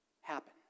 happen